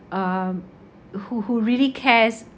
um who who really cares